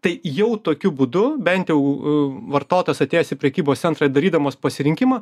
tai jau tokiu būdu bent jau u vartotas atėjęs į prekybos centrą ir darydamas pasirinkimą